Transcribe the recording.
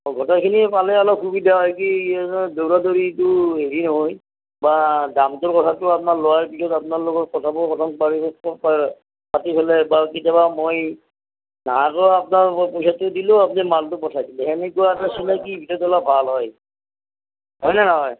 গোটেইখিনি পালে অলপ সুবিধা হয় কি দৌৰা দৌৰিটো হেৰি হয় বা দামটোৰ কথাটো আপ্নাৰ লৰাই পিছত আপ্নাৰ লগত কথা প্ৰথম পাতিব পেলাই বা কেতিয়াবা মই নাহাকৈয়ো মই আপ্নাক পইচাটো দিলেও আপ্নি মালটো দিলে সেনেকুৱা এটা চিনাকি ভিতৰত হ'লে ভাল হয় হয় নে নহয়